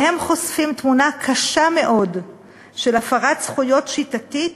והם חושפים תמונה קשה מאוד של הפרת זכויות שיטתית